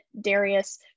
Darius